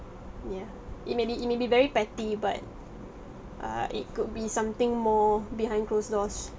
mm yeah it may be it may be very petty but err it could be something more behind closed doors